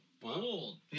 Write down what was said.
Bold